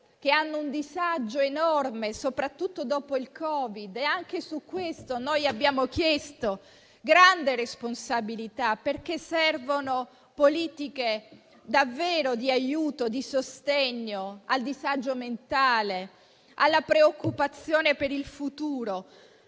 che hanno un disagio enorme, soprattutto dopo il Covid. Anche su questo abbiamo chiesto grande responsabilità, perché servono davvero politiche di aiuto e di sostegno al disagio mentale e alla preoccupazione per il futuro,